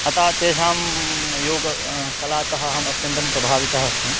अतः तेषां योग कलातः अहम् अत्यन्तं प्रभावितः अस्मि